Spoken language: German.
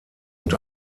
und